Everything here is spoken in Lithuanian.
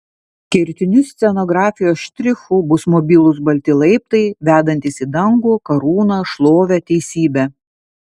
kertiniu scenografijos štrichu bus mobilūs balti laiptai vedantys į dangų karūną šlovę teisybę